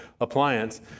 appliance